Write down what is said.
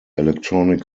electronic